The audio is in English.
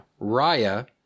Raya